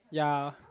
ya